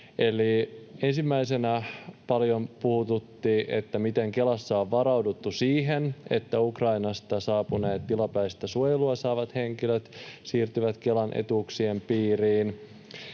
Ensimmäisenä paljon puhututti, miten Kelassa on varauduttu siihen, että Ukrainasta saapuneet tilapäistä suojelua saavat henkilöt siirtyvät Kelan etuuksien piiriin.